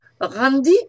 Randy